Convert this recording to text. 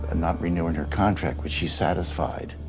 and not renewing her contract, which she satisfied.